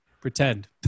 pretend